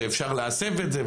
שאפשר להסב את זה,